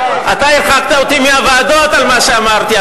אתה הרחקת אותי מהוועדות על מה שאמרתי,